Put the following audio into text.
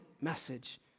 message